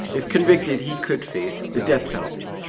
if convicted, he could face the death penalty.